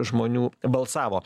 žmonių balsavo